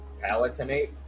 palatinate